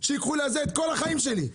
שייקחו לזה את כל החיים שלי,